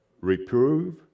Reprove